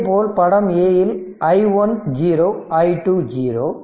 இதேபோல் படம் a ல் i1 0 i2 0